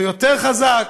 ויותר חזק,